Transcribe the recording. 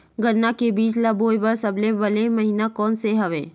गन्ना के बीज ल बोय बर सबले बने महिना कोन से हवय?